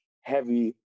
heavy